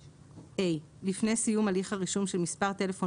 (ה) לפני סיום הליך הרישום של מספר טלפון